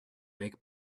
make